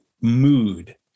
mood